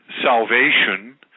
salvation